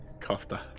Costa